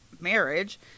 marriage